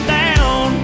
down